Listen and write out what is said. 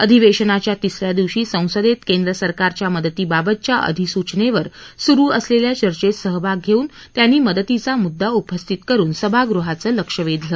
अधिवेशनाच्या तिसऱ्या दिवशी संसदेत केंद्र सरकारच्या मदतीबाबतच्या अधिसूचनेवर सुरू असलेल्या चर्चेत सहभाग धेवून त्यांनी मदतीचा मुद्दा उपस्थित करून सभागृहाचे लक्ष वेधलं